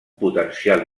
potencial